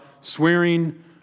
swearing